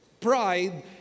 Pride